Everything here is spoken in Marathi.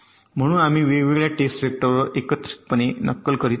म्हणून आम्ही वेगवेगळ्या टेस्ट वेक्टर एकत्रितपणे नक्कल करीत आहोत